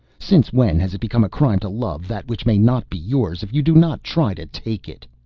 since when has it become a crime to love that which may not be yours if you do not try to take it?